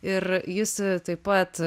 ir jis taip pat